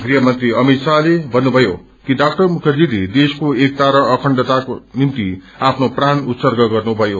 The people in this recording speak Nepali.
गृहमन्त्री अमित शाहले भन्नुभयो कि डा मुखर्जाले देशको एकता र अखण्डताको निम्ति आफ्नो प्राण उत्सर्ग गर्नुभयो